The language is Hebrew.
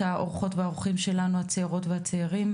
האורחות והאורחים שלנו הצעירות והצעירים,